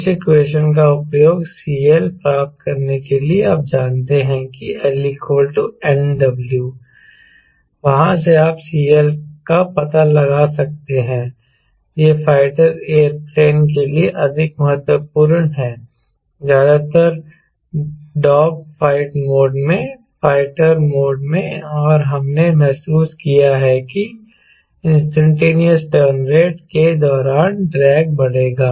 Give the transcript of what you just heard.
इस इक्वेशन का उपयोग CL प्राप्त करने के लिए आप जानते हैं कि L nW वहां से आप CL का पता लगा सकते हैं यह फाइटर एयरप्लेन के लिए अधिक महत्वपूर्ण है ज्यादातर डॉग फाइट मोड में फाइटर मोड में और हमने महसूस किया है कि इंस्टैन्टेनियस टर्न रेट के दौरान ड्रैग बढ़ेगा